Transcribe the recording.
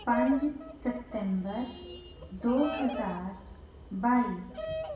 ਪੰਜ ਸਪਤੈਂਬਰ ਦੋ ਹਜ਼ਾਰ ਬਾਈ